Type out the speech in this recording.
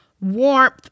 warmth